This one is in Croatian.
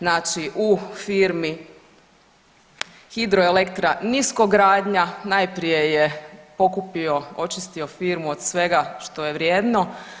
Znači u firmi Hidroelektra niskogradnja najprije je pokupio, očistio firmu od svega što je vrijedno.